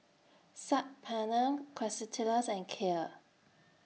Saag Paneer Quesadillas and Kheer